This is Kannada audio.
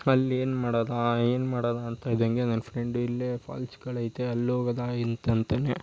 ಅಲ್ಲಿ ಏನು ಮಾಡೋದಾ ಏನು ಮಾಡೋದಾ ಅಂತ ಇದ್ದಂತೆ ನನ್ನ ಫ್ರೆಂಡು ಇಲ್ಲೇ ಫಾಲ್ಸ್ಗಳು ಐತೆ ಅಲ್ಲಿ ಹೋಗೋದ ಇಲ್ಲ ಅಂತ ಅಂತಲೇ